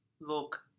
look